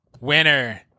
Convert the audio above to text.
winner